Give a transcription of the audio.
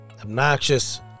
obnoxious